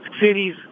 cities